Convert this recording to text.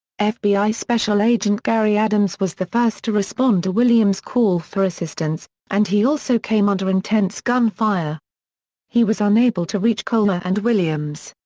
ah fbi special agent gary adams was the first to respond to williams' call for assistance, and he also came under intense gun fire he was unable to reach coler and williams.